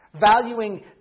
valuing